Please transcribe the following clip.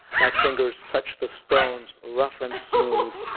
my fingers touch the stones, rough and smooth,